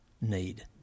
need